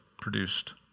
produced